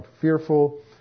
fearful